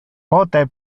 pote